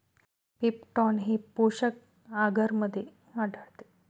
peptone हे पोषक आगरमध्ये आढळते